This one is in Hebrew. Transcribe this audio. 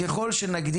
לא, אני מרשה